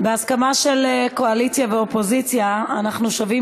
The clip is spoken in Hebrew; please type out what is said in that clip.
בהסכמה של הקואליציה והאופוזיציה אנחנו שבים